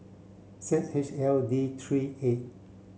Z H L D three eight